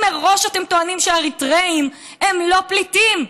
אם מראש אתם טוענים שאריתריאים הם לא פליטים,